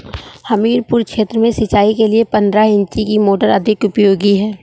हमीरपुर क्षेत्र में सिंचाई के लिए पंद्रह इंची की मोटर अधिक उपयोगी है?